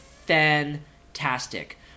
Fantastic